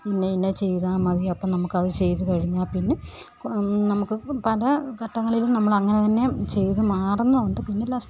ഇന്ന ഇന്നത് ചെയ്താൽ മതി അപ്പോൾ നമ്മൾക്ക് അത് ചെയ്തു കഴിഞ്ഞാൽ പിന്നെ നമുക്ക് പല ഘട്ടങ്ങളിലും നമ്മൾ അങ്ങനെ തന്നെ ചെയ്തു മാറുന്നും ഉണ്ട് പിന്നെ ലാസ്റ്റ്